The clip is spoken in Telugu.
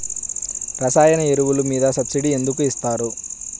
రసాయన ఎరువులు మీద సబ్సిడీ ఎందుకు ఇస్తారు?